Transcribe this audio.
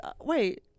Wait